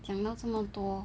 讲到这么多